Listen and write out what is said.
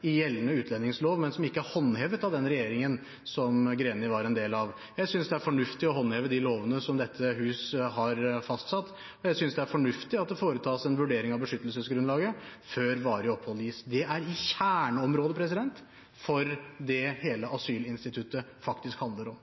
i gjeldende utlendingslov, men som ikke er håndhevet av den regjeringen som Grenis partifeller var en del av. Jeg synes det er fornuftig å håndheve de lovene som dette hus har fastsatt, og jeg synes det er fornuftig at det foretas en vurdering av beskyttelsesgrunnlaget før varig opphold gis. Det er kjerneområdet for det som hele asylinstituttet faktisk handler om.